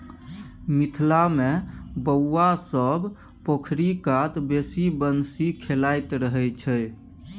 मिथिला मे बौआ सब पोखरि कात बैसि बंसी खेलाइत रहय छै